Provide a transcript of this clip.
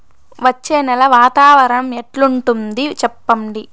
వచ్చే నెల వాతావరణం ఎట్లుంటుంది చెప్పండి?